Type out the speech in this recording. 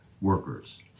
workers